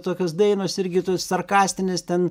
tokios dainos irgi tos sarkastinės ten